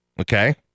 okay